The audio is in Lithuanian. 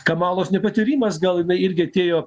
kamalos nepatyrimas gal irgi atėjo